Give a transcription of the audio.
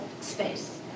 Space